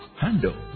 handle